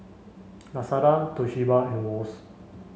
Lazada Toshiba and Wall's